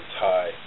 tie